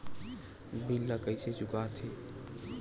bill ला कइसे चुका थे